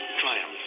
triumph